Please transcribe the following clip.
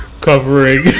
covering